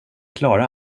klara